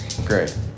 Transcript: Great